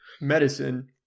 medicine